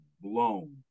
blown